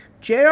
JR